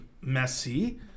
messy